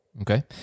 Okay